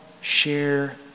share